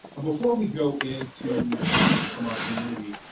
but before we go into comments from our community,